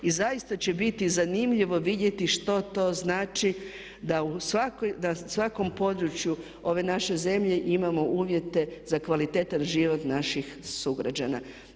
I zaista će biti zanimljivo vidjeti što to znači da u svakom području ove naše zemlje imamo uvjete za kvalitetan život naših sugrađana.